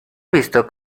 visto